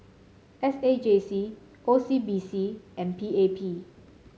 S A J C O C B C and P A P